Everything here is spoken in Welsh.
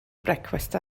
brecwast